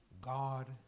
God